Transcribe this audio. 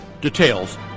Details